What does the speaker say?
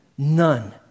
None